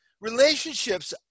relationships